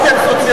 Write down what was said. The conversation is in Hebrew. מי נגד?